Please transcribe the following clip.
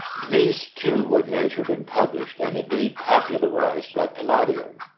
these too were measured and published, and indeed popularized, by palladio.